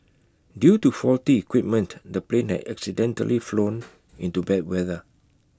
due to faulty equipment the plane had accidentally flown into bad weather